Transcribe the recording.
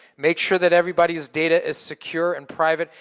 make sure that everybody's data is secure and private.